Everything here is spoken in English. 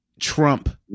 Trump